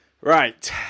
right